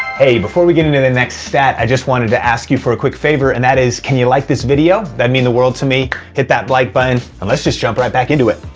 hey, before we get into the next stat, i just wanted to ask you for a quick favor. and that is, can you like this video? that'd mean the world to me, hit that like button and let's just jump right back into it.